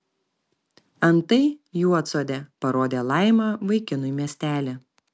antai juodsodė parodė laima vaikinui miestelį